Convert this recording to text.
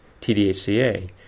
TDHCA